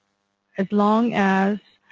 as long as